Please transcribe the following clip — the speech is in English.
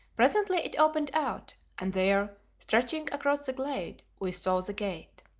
presently it opened out, and there, stretching across the glade, we saw the gate.